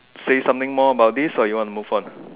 say something more about this or you want to move on